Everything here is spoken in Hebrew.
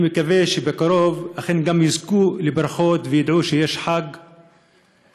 אני מקווה שבקרוב אכן גם הן יזכו לברכות וידעו שיש חג בשבילן,